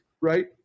Right